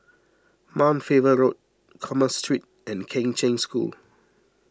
Mount Faber Road Commerce Street and Kheng Cheng School